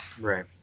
Right